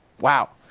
wow.